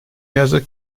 yazık